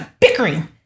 bickering